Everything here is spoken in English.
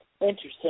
interesting